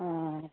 ہاں